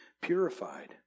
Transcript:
purified